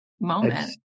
moment